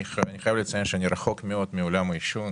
אני חייב לציין שאני רחוק מאוד מעולם העישון.